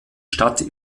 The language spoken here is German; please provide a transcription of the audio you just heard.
stadt